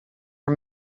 her